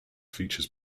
features